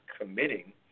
committing